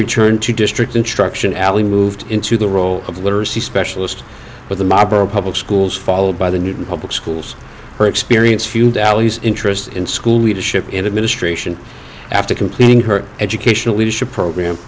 return to districts in truxton alley moved into the role of literacy specialist with the marburg public schools followed by the newton public schools her experience few bally's interest in school leadership in administration after completing her educational leadership program